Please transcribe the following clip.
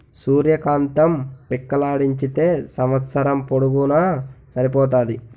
సూర్య కాంతం పిక్కలాడించితే సంవస్సరం పొడుగునూన సరిపోతాది